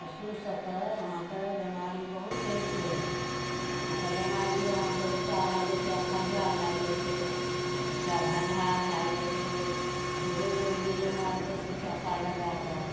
पशुसबके अहाँकेॅं बेमारी बहुत होइ छै अहॉंकेॅं बेमारी अहाँकेॅं एकटा भए जाइ छै अखरिया भए जाय छै एकटा भजहा भए जाय छै जेहो लोग दू गो माल पोसै छै आशा लगाए कऽ